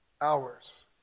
hours